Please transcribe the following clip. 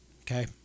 Okay